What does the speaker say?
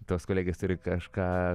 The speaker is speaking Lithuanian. tos kolegės turi kažką